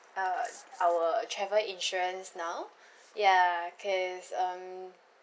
our our travel insurance now ya cause um